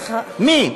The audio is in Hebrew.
מי?